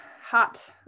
Hot